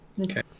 Okay